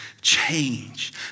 change